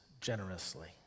generously